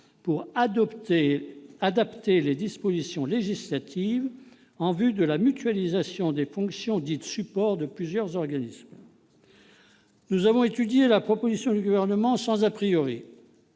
pour « adapter les dispositions législatives » en vue de la mutualisation des fonctions dites « support » de plusieurs organismes. Nous avons étudié la proposition du Gouvernement sans, en